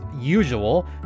usual